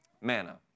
manna